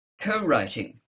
co-writing